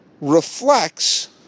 reflects